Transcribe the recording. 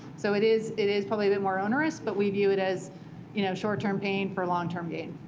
so it is it is probably a bit more onerous. but we view it as you know short-term pain for long-term gain.